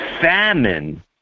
famine